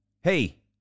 Hey